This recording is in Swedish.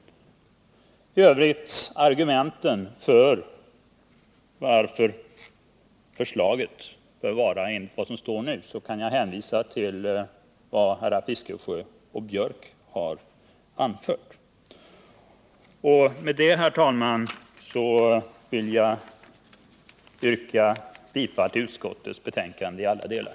Vad beträffar de övriga argumenten för det förslag som utskottsmajoriteten förordar, så kan jag hänvisa till vad herrar Fiskesjö och Björck har anfört. Med det, herr talman, vill jag yrka bifall till utskottets hemställan i alla delar.